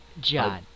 John